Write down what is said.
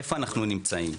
איפה אנחנו נמצאים?